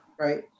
right